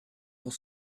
pour